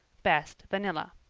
best vanilla.